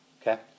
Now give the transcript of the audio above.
Okay